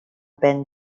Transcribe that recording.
pen